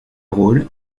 rôle